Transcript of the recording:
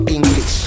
English